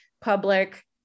public